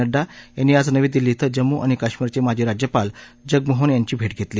नड्डा यांनी आज नवी दिल्ली शिं जम्मू आणि काश्मीरचमिजी राज्यपाल जगमोहन यांची भट्ट घरली